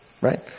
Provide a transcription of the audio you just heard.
right